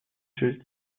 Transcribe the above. очередь